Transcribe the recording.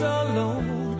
alone